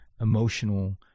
emotional